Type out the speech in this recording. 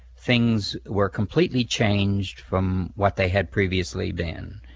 things were completely changed from what they had previously been.